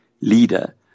leader